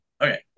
Okay